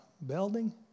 Belding